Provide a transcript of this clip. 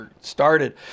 started